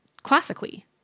classically